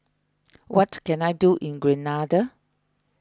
what can I do in Grenada